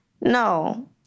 No